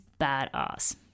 badass